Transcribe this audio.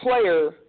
player